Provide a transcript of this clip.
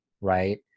right